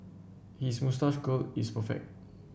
his moustache curl is perfect